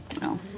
no